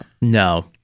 No